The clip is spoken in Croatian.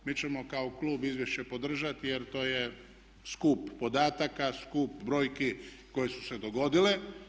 Mi ćemo kao klub izvješće podržati jer to je skup podataka, skup brojki koje su se dogodile.